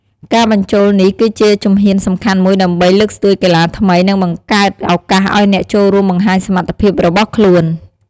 ការបញ្ចូលនេះគឺជាជំហានសំខាន់មួយដើម្បីលើកស្ទួយកីឡាថ្មី និងបង្កើតឱកាសឱ្យអ្នកចូលរួមបង្ហាញសមត្ថភាពរបស់ខ្លួន។